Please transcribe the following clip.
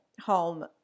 home